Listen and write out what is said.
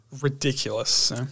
ridiculous